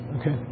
Okay